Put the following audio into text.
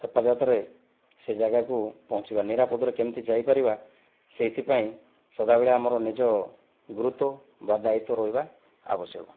ହେପାଜତରେ ସେ ଜାଗାକୁ ପହଞ୍ଚିବା ନିରାପଦରେ କେମିତି ଯାଇ ପରିବା ସେଇଥିପାଇଁ ସଦାବେଳେ ଆମର ନିଜ ଗୁରୁତ୍ୱ ବା ଦାୟିତ୍ୱ ରହିବା ଆବଶ୍ୟକ